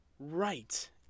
Right